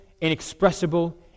inexpressible